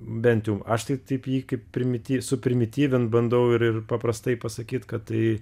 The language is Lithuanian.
bent jau aš tai taip jį kaip primityvi suprimityvint bandau ir paprastai pasakyti kad tai